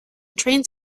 trains